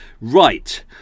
Right